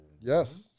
Yes